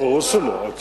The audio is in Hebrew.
ברור שלא.